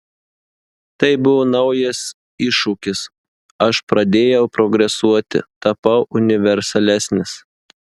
tai buvo naujas iššūkis aš pradėjau progresuoti tapau universalesnis